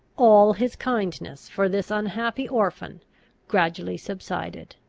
all his kindness for this unhappy orphan gradually subsided.